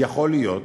יכול להיות